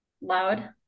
loud